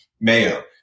mayo